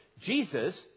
Jesus